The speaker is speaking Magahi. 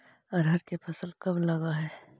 अरहर के फसल कब लग है?